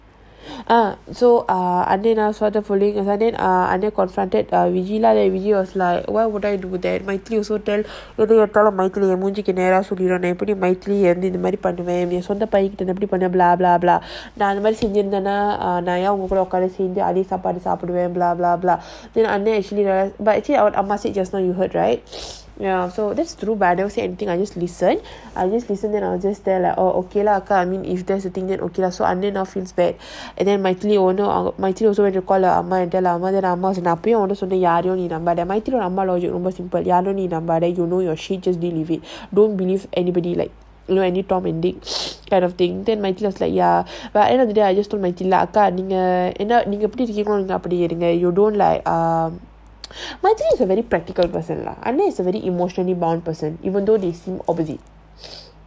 ah so err அதுநான்சொல்றபடி:adhu nan solrapadi was like why would I do that also tell மூஞ்சிக்குநேரசொல்லிடனும்எப்படிபண்ணுவ:moonjiku nera sollidanum eppadi pannuva blah blah blah நான்அதுமாதிரிசெஞ்சிருந்தேனாநான்ஏன்உன்கூடஉட்கார்ந்துஅதேசாப்பாடசாப்பிடுவேன்:nan adhumadhiri senjirunthena nan yen unkooda utkarnthu adhe sapada sapduven blah blah blah but actually just now you heard right so that's true but I never say anything I just listen I just listening then I was just there like oh okay lah cause I mean if that's the thing so now feels bad and then don't believe anybody like you know any kind of thing then was like ya but end of the day I just told lah யாரையும்நீநம்பாத:yarayum nee nambatha you don't like err is a practical person lah I mean he's an emotionally mild person even though he seems opposite